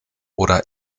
oder